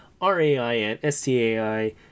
R-A-I-N-S-T-A-I